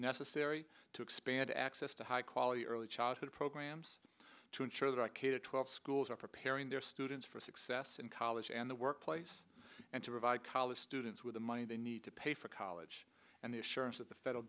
necessary to expand access to high quality early childhood programs to ensure that i k to twelve schools are preparing their students for success in college and the workplace and to provide college students with the money they need to pay for college and the assurance that the federal